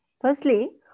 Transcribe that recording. Firstly